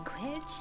language